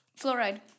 fluoride